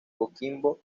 coquimbo